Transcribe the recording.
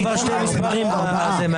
מסכן.